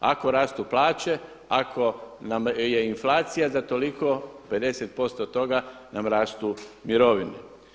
Ako rastu plaće, ako nam je inflacija za toliko 50% toga nam rastu mirovine.